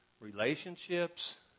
relationships